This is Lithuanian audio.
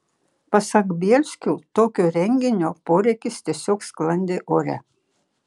pasak bielskių tokio renginio poreikis tiesiog sklandė ore